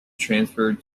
transferred